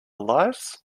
lives